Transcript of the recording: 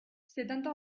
setanta